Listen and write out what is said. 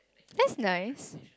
that's nice